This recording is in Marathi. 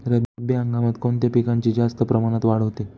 रब्बी हंगामात कोणत्या पिकांची जास्त प्रमाणात वाढ होते?